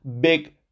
big